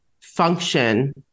function